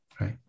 right